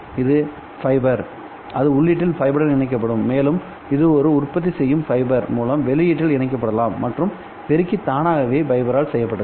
இது ஃபைபர்அது உள்ளீட்டில் ஃபைபருடன் இணைக்கப்படும்மேலும் இது ஒரு உற்பத்தி செய்யும் ஃபைபர் மூலம் வெளியீட்டில் இணைக்கப்படலாம் மற்றும் பெருக்கி தானாகவே ஃபைபர்ரால் செய்யப்பட்டது